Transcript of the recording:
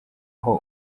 aho